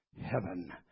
heaven